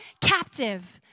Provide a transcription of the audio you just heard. captive